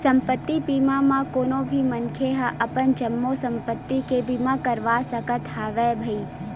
संपत्ति बीमा म कोनो भी मनखे ह अपन जम्मो संपत्ति के बीमा करवा सकत हवय भई